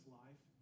life